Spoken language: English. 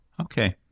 Okay